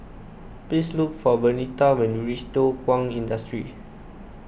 please look for Bernita when you reach Thow Kwang Industry